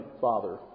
father